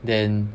then